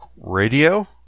Radio